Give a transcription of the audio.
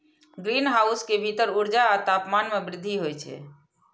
greenhouse के भीतर ऊर्जा आ तापमान मे वृद्धि होइ छै